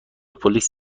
پلیس